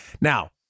Now